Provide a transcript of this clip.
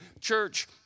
Church